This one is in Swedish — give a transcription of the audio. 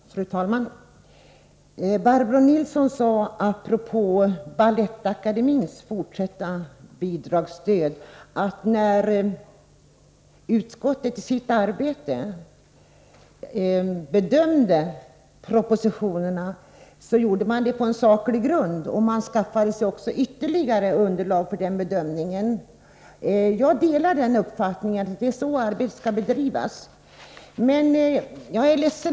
Fru talman! Apropå det fortsatta bidragsstödet till Balettakademien sade Barbro Nilsson i Örnsköldsvik, att när utskottet i sitt arbete bedömde propositionerna, gjordes detta på en saklig grund. Det skaffades, heter det, ytterligare underlag för bedömningen. Jag delar uppfattningen att arbetet bör bedrivas på detta sätt.